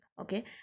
okay